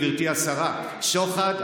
גברתי השרה: שוחד,